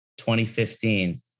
2015